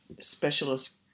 specialist